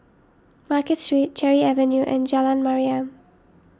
Market Street Cherry Avenue and Jalan Mariam